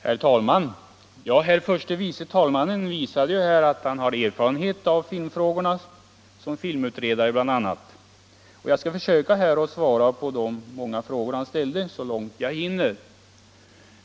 Herr talman! Herr förste vice talmannen visade att han har erfarenhet av filmfrågorna bl.a. som filmutredare. Jag skall försöka att svara på de många frågor han ställde så långt jag hinner.